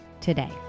today